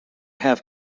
have